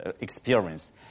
experience